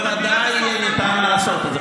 ובוודאי ניתן יהיה לעשות את זה.